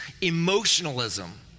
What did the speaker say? emotionalism